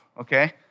okay